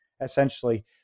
essentially